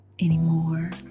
anymore